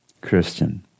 Christian